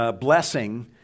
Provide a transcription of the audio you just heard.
blessing